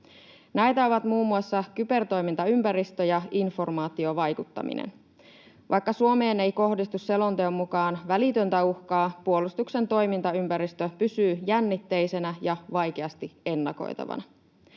Näitä ovat muun muassa kybertoimintaympäristö ja informaatiovaikuttaminen. Vaikka Suomeen ei kohdistu selonteon mukaan välitöntä uhkaa, puolustuksen toimintaympäristö pysyy jännitteisenä ja vaikeasti ennakoitavana.